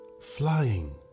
Flying